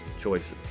choices